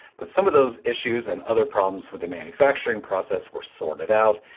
but some of those issues and other problems with the manufacturing process were sorted out,